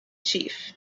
chief